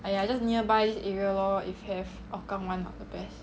!aiya! just nearby this area lor if have hougang [one] of the best